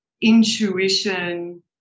intuition